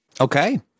Okay